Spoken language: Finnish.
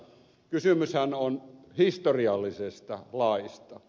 kysymyshän on historiallisesta laista